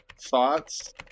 thoughts